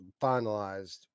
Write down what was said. finalized